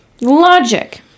Logic